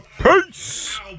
peace